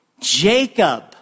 Jacob